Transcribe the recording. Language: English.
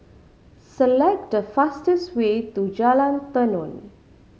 select the fastest way to Jalan Tenon